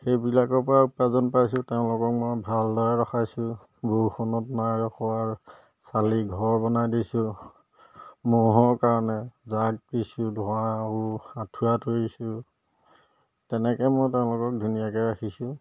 সেইবিলাকৰপৰা উপাৰ্জন পাইছোঁ তেওঁলোকক মই ভালদৰে ৰখাইছোঁ বৰষুণত নাই ৰখোৱা চালি ঘৰ বনাই দিছোঁ ম'হৰ কাৰণে জাক দিছোঁ ধোঁৱা আঁঠুৱা তৰিছোঁ তেনেকৈ মই তেওঁলোকক ধুনীয়াকৈ ৰাখিছোঁ